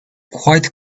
quite